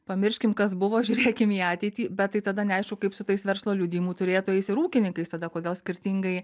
pamirškim kas buvo žiūrėkim į ateitį bet tai tada neaišku kaip su tais verslo liudijimų turėtojais ir ūkininkais tada kodėl skirtingai